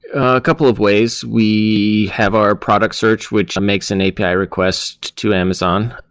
a couple of ways. we have our product search which um makes an api request to amazon.